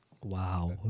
Wow